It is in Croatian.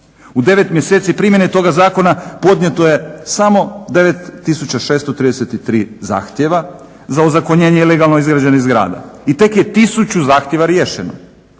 mjeseci primjene toga zakona podnijeto je samo 9633 zahtjeva za ozakonjenje ilegalno izgrađenih zgrada i tek je tisuću zahtjeva riješeno.